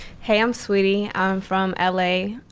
hey, i'm saweetie. i'm from ah la,